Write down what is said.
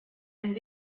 and